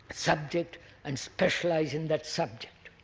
subject and specialise in that subject,